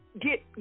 get